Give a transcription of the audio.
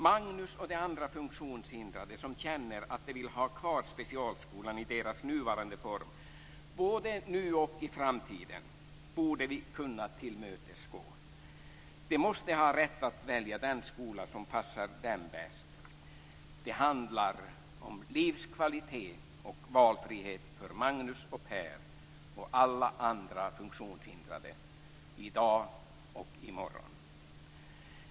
Magnus och de andra funktionshindrade som känner att de vill ha kvar specialskolan i deras nuvarande form, både nu och i framtiden, borde vi kunna tillmötesgå. De måste ha rätt att välja den skola som passar dem bäst. Det handlar om livskvalitet och valfrihet för Magnus och Per - och alla andra funktionshindrade i dag och i morgon.